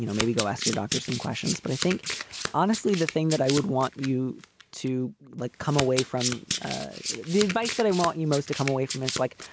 you know maybe go ask your doctor some questions. but i think honestly, the thing that i would want you to, like, come away from the advice that i want you most to come away from is like,